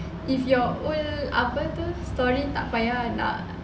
if you're a better story dark fire ah